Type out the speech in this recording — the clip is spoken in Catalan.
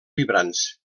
vibrants